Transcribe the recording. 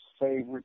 favorite